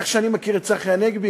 איך שאני מכיר את צחי הנגבי,